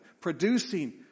producing